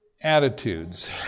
attitudes